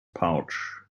pouch